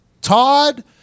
Todd